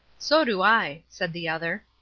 so do i, said the other.